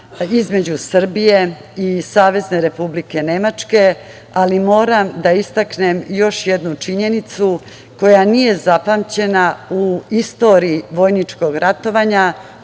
između Srbije i Savezne Republike Nemačke, ali moram da istaknem još jednu činjenicu koja nije zapamćena u istoriji vojničkog ratovanja,